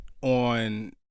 on